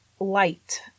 light